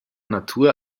natur